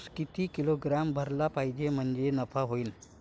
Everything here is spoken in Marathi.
एक उस किती किलोग्रॅम भरला पाहिजे म्हणजे नफा होईन?